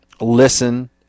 listen